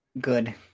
Good